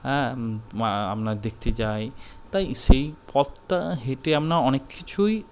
হ্যাঁ আপনার দেখতে যাই তাই সেই পথটা হেঁটে আমরা অনেক কিছুই